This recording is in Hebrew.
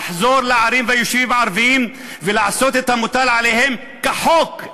לחזור לערים וליישובים הערביים ולעשות את המוטל עליהן כחוק.